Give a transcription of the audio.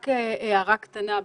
רק הערה קטנה.